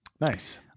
Nice